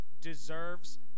deserves